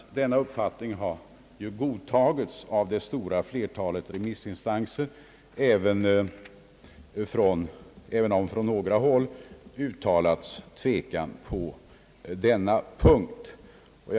Denna uppfattning har ju godtagits av det stora flertalet remissinstanser, även om från några håll uttalats tvekan på denna punkt.